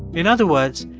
in other words,